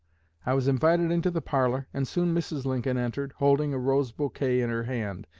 i was invited into the parlor, and soon mrs. lincoln entered, holding a rose-bouquet in her hand,